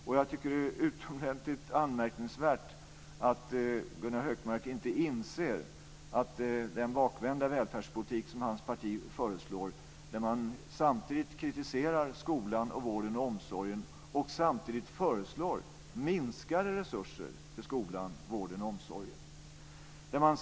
Det är utomordentligt anmärkningsvärt att Gunnar Hökmark inte inser att det är en bakvänd välfärdspolitik som hans parti föreslår. Samtidigt som man kritiserar skolan, vården och omsorgen föreslår man minskade resurser till skolan, vården och omsorgen.